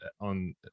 on